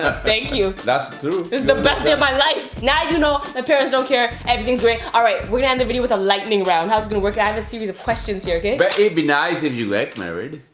ah thank you. that's true. this is the best day of my life! now you know my parents don't care, everything's great. alright. we're gonna end the video with a lightning round. how it's gonna work, i have a series of questions here okay, but it'd be nice if you get married.